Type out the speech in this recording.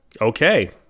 Okay